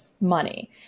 money